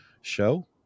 show